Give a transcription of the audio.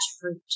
fruit